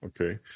Okay